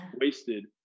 wasted